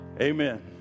amen